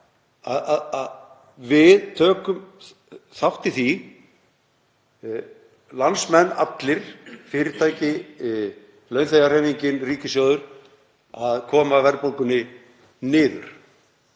við tökum þátt í því, landsmenn allir; fyrirtæki, launþegahreyfingin, ríkissjóður, að koma verðbólgunni niður.